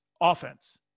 offense